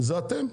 זה אתם,